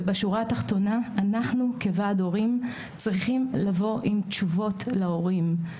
ובשורה התחתונה אנחנו כוועד הורים צריכים לבוא עם תשובות להורים.